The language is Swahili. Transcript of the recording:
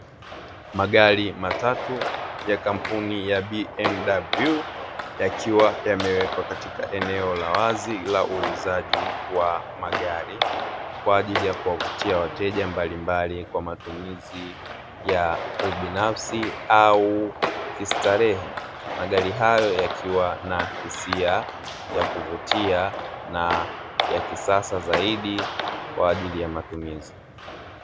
Magari matatu ni kampuni ya ''bmw'' yakiwa yamewekwa katika eneo la wazi la uuzaji wa magari. Kwa ajili ya kuwavutia wateja mbalimbali kwa matumizi ya ubinafsi au kistarehe magari hayo yakiwa na hisia ya kuvutia na ya kisasa zaidi kwa ajili ya matumizi.